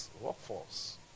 Workforce